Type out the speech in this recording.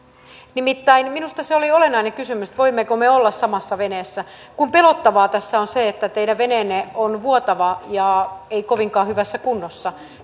nimittäin minusta se voimmeko me olla samassa veneessä oli olennainen kysymys kun pelottavaa tässä on se että teidän veneenne on vuotava ei kovinkaan hyvässä kunnossa